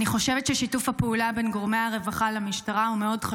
אני חושבת ששיתוף הפעולה בין גורמי הרווחה למשטרה הוא חשוב מאוד.